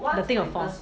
the thing will fall